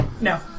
No